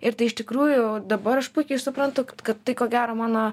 ir tai iš tikrųjų dabar aš puikiai suprantu kad tai ko gero mano